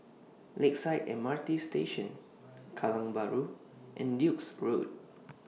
Lakeside M R T Station Kallang Bahru and Duke's Road